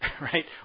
Right